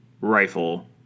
rifle